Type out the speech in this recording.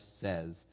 says